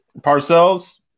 Parcells